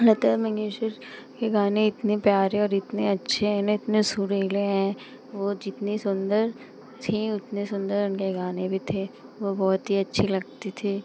लता मंगेशकर के गाने इतने प्यारे और इतने अच्छे हैं ना इतने सुरीले हैं वे जितनी सुन्दर थीं उतने सुन्दर उनके गाने भी थे वह बहुत ही अच्छी लगती थीं